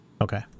okay